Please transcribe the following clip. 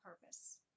purpose